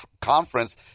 conference